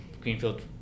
greenfield